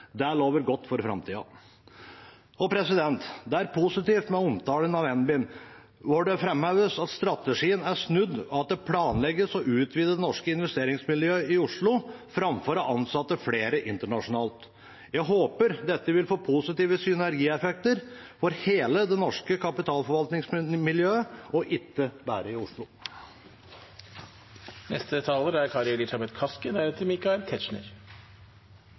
Det lover godt for framtida. Det er positivt med omtalen av NBIM, hvor det framheves at strategien er snudd, og at det planlegges å utvide det norske investeringsmiljøet i Oslo framfor å ansette flere internasjonalt. Jeg håper dette vil få positive synergieffekter for hele det norske kapitalforvaltningsmiljøet og ikke bare i Oslo.